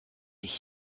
ich